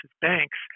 Banks